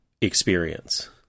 experience